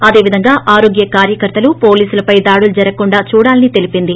అదేవిధంగా ఆరోగ్య కార్యకర్తలు పోలీసులపై దాదులు జరగకుండా చూడాలని తెలిపింది